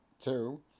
two